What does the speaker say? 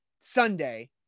Sunday